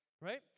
Right